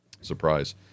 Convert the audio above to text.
surprise